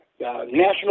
national